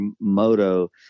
moto